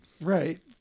Right